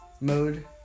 mode